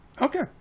Okay